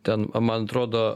ten man atrodo